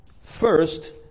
first